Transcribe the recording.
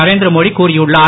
நரேந்திரமோடி கூறியுள்ளார்